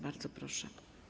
Bardzo proszę.